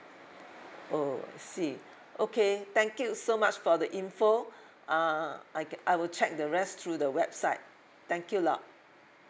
oh I see okay thank you so much for the info uh I gue~ I will check the rest through the website thank you lah